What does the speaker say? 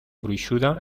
gruixuda